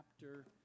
chapter